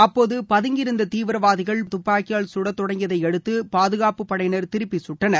அப்போது பதுங்கியிருந்த தீவிரவாதிகள் துப்பாக்கியால் கடத்தொடங்கியதை அடுத்து பாதுகாப்புப் படையினர் திருப்பி சுட்டனர்